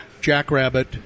Jackrabbit